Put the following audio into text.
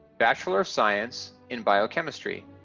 bachelor of science in biochemistry.